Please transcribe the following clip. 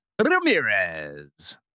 Ramirez